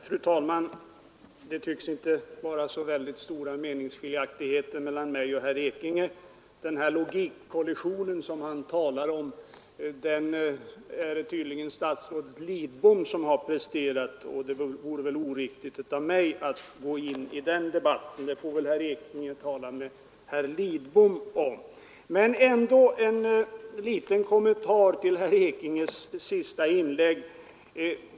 Fru talman! Det tycks inte vara stora meningsskiljaktigheter mellan mig och herr Ekinge. Den logikkollision som han talar om har tydligen statsrådet Lidbom presterat. Då vore det väl oriktigt av mig att gå in i den debatten; herr Ekinge får väl tala med herr Lidbom om den saken. Men jag vill ändå göra en liten kommentar till herr Ekinges senaste inlägg.